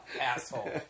Asshole